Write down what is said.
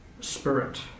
spirit